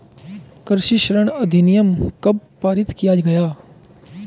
कृषि ऋण अधिनियम कब पारित किया गया?